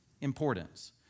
importance